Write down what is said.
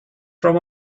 from